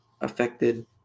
affected